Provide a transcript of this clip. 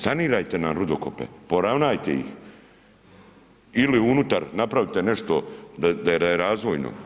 Sanirajte nam rudokope, poravnajte ih ili unutar napravite nešto da je razvojno.